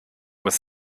was